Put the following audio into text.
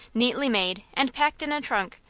neatly made, and packed in a trunk,